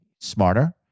smarter